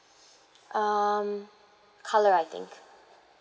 um colour I think